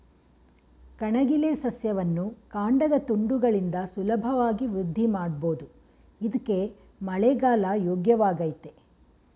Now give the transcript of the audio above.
ಕಣಗಿಲೆ ಸಸ್ಯವನ್ನು ಕಾಂಡದ ತುಂಡುಗಳಿಂದ ಸುಲಭವಾಗಿ ವೃದ್ಧಿಮಾಡ್ಬೋದು ಇದ್ಕೇ ಮಳೆಗಾಲ ಯೋಗ್ಯವಾಗಯ್ತೆ